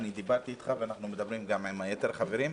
אני דיברתי אתך ואנחנו מדברים גם עם יתר החברים.